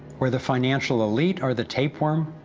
where the financial elite are the tapeworm,